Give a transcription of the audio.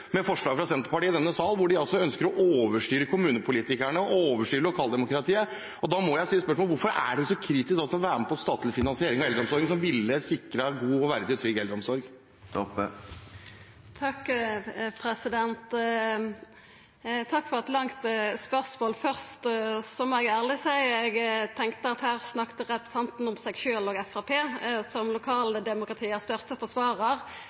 med forslag fra Senterpartiet i denne sal hvor de ønsker å overstyre kommunepolitikerne og overstyre lokaldemokratiet. Da må jeg stille spørsmålet: Hvorfor er man så kritisk til å være med på en statlig finansiering av eldreomsorgen som ville sikre en god, verdig og trygg eldreomsorg? Takk for eit langt spørsmål. Først må eg ærleg seia at eg tenkte at her snakka representanten om seg sjølv og Framstegspartiet, som lokaldemokratiets største forsvarar, men som hyppig går inn frå staten og